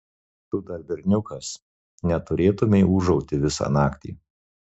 tu dar berniukas neturėtumei ūžauti visą naktį